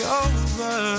over